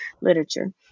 literature